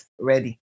ready